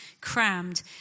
crammed